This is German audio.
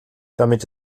damit